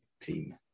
team